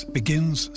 begins